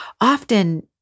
often